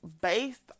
based